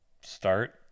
start